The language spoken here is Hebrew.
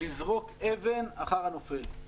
"לזרוק אבן אחר הנופל".